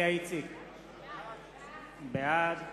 65 בעד,